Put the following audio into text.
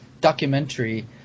documentary